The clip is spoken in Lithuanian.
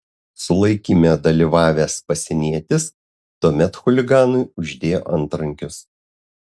sulaikyme dalyvavęs pasienietis tuomet chuliganui uždėjo antrankius